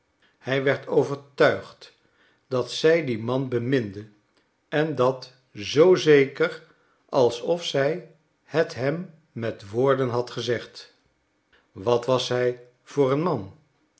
hij werd overtuigd dat zij dien man beminde en dat zoo zeker alsof zij het hem met woorden had gezegd wat was hij voor een man